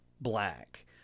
black